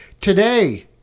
Today